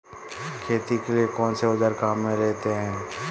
खेती के लिए कौनसे औज़ार काम में लेते हैं?